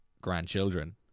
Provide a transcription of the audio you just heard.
grandchildren